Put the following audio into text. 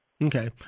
Okay